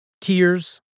Tears